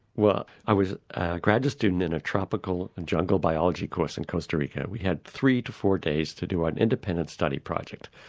i was a graduate student in a tropical and jungle biology course in costa rica. we had three to four days to do an independent study project.